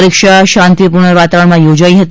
પરીક્ષા શાંતિપૂર્ણ વાતાવરણમાં યોજાઇ હતી